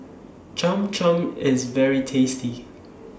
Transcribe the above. Cham Cham IS very tasty